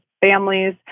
families